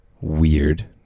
Weird